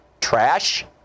trash